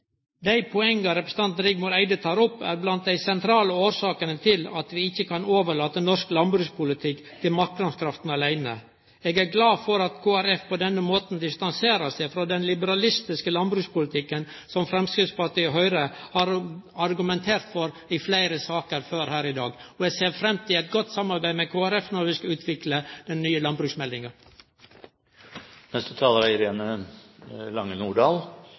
Dei poenga representanten Rigmor Andersen Eide tek opp, er av dei sentrale årsakene til at vi ikkje kan overlate norsk landbrukspolitikk til marknadskreftene åleine. Eg er glad for at Kristeleg Folkeparti på denne måten distanserer seg frå den liberalistiske landbrukspolitikken som Framstegspartiet og Høgre har argumentert for i fleire saker før her i dag. Eg ser fram til eit godt samarbeid med Kristeleg Folkeparti når vi skal utvikle den nye